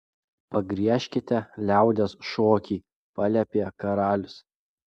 pagriežkite liaudies šokį paliepė karalius